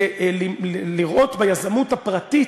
לראות ביזמות הפרטית,